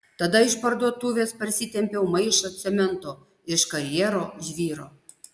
tada iš parduotuvės parsitempiau maišą cemento iš karjero žvyro